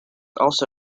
also